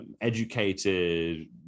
educated